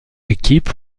équipes